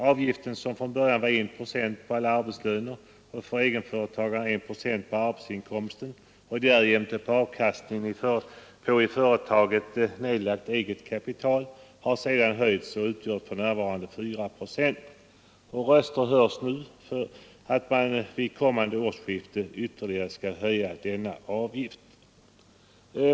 Avgiften, som från början var 1 procent på alla arbetslöner och för egenföretagaren 1 procent på arbetsinkomsten och därjämte på avkastningen av i företaget nedlagt eget kapital, har sedan höjts och utgör för närvarande 4 procent. Röster hörs också nu för att vid kommande årsskifte ytterligare höja denna avgift.